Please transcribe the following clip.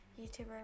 youtuber